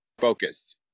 focus